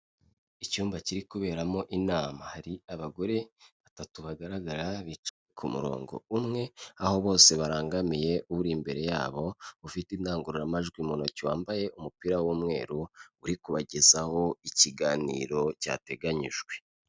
Icyumba kiri kuberamo inama hari abagore batatu bagaragara bicaye ku murongo umwe aho bose barangamiye uri imbere yabo ufite indangururamajwi mu ntoki wambaye umupira w'umweru, uri kubagezaho ikiganiro cyateganyijwe.